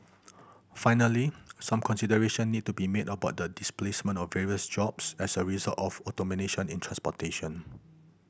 finally some consideration need to be made about the displacement of various jobs as a result of automation in transportation